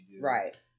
right